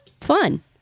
fun